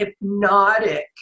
hypnotic